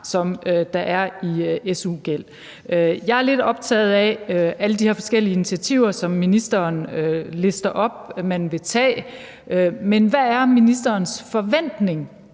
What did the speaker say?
som der er i su-gæld. Jeg er lidt optaget af alle de her forskellige initiativer, som ministeren lister op man vil tage, men hvad er ministerens forventning